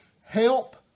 Help